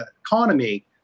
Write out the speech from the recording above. economy